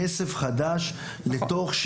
עם כסף חדש לתוך,